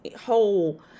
whole